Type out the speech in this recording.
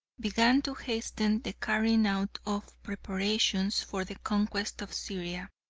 began to hasten the carrying out of preparations for the conquest of syria.